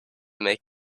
make